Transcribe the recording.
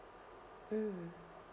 mm